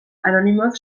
anonimoak